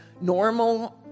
normal